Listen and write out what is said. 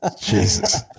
Jesus